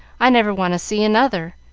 i never want to see another,